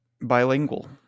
bilingual